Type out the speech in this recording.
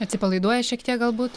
atsipalaiduoja šiek tiek galbūt